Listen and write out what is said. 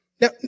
Now